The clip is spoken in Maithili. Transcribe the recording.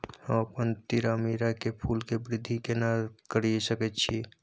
हम अपन तीरामीरा के फूल के वृद्धि केना करिये सकेत छी?